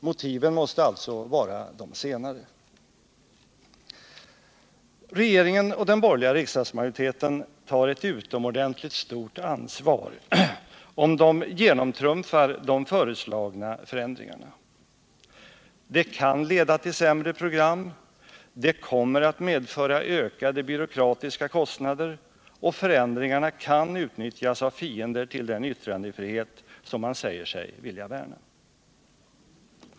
Motiven måste alltså vara de senare. Regeringen och den borgerliga riksdagsmajoriteten tar ett utomordentligt stort ansvar, om de genomtrumfar de föreslagna förändringarna. Det kan leda till sämre program, det kommer att medföra ökade byråkratiska kostnader, och förändringarna kan utnyttjas av fiender till den yttrandefrihet som man säger sig vilja värna.